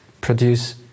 produce